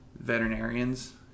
veterinarians